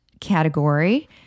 category